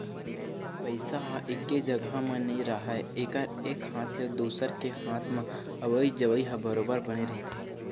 पइसा ह एके जघा म नइ राहय एकर एक हाथ ले दुसर के हात म अवई जवई ह बरोबर बने रहिथे